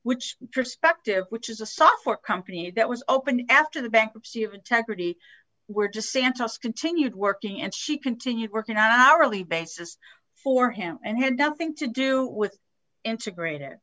which perspective which is a software company that was opened after the bankruptcy of integrity were just santos continued working and she continued work not hourly basis for him and had nothing to do with integrate